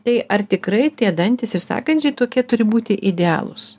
tai ar tikrai tie dantys ir sąkandžiai tokie turi būti idealūs